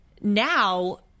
now